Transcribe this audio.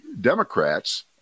Democrats